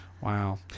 Wow